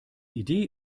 idee